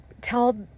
tell